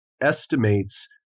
estimates